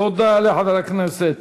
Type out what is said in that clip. תודה לחבר הכנסת